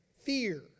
Fear